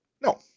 No